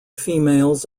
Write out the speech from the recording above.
females